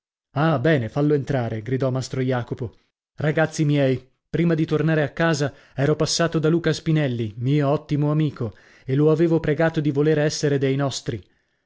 ah bene fallo entrare gridò mastro jacopo ragazzi miei prima di tornare a casa ero passato da luca spinelli mio ottimo amico e lo avevo pregato di volere essere dei nostri